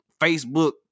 Facebook